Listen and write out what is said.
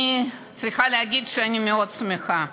אני צריכה להגיד שאני שמחה מאוד,